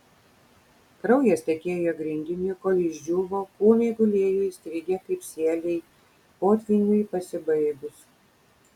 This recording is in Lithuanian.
kraujas tekėjo grindiniu kol išdžiūvo kūnai gulėjo įstrigę kaip sieliai potvyniui pasibaigus